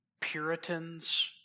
Puritans